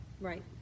Right